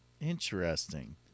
Interesting